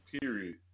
Period